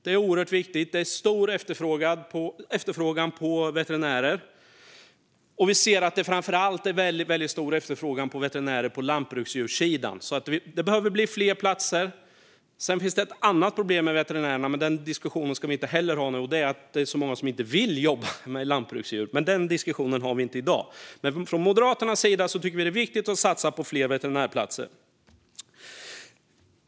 Det är oerhört viktigt. Det är stor efterfrågan på veterinärer, framför allt på lantbruksdjurssidan, så det behöver bli fler platser. Det finns ett annat problem med veterinärerna, och det är att det är så många som inte vill jobba med lantbruksdjur. Den diskussionen ska vi inte ha i dag. Men Moderaterna tycker att det är viktigt att satsa på fler veterinärplatser.